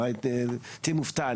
אולי תהיה מופתע.